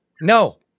No